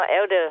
elder